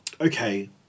Okay